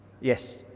Yes